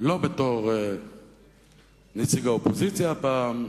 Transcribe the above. לא בתור נציג האופוזיציה הפעם,